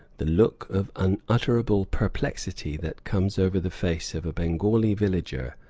the look of unutterable perplexity that comes over the face of a bengali villager,